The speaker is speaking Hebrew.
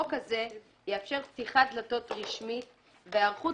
החוק הזה יאפשר פתיחת דלתות רשמית והיערכות